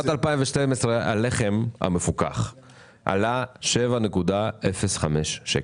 הלחם המפוקח עלה בשנת 2012 7.05 שקל.